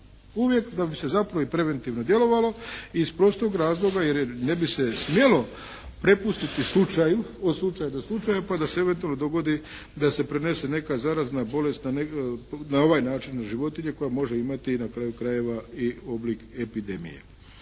uvijek da bi se zapravo i preventivno djelovalo iz prostog razloga jer ne bi se smjelo prepustiti slučaju, od slučaja do slučaja pa da se eventualno dogodi da se prenese neka zarazna bolest na ovaj način na životinje koja može imati i na kraju krajeva i oblik epidemije.